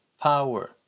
power